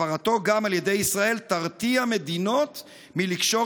הפרתו גם על ידי ישראל תרתיע מדינות מלקשור